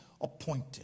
appointed